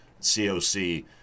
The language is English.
COC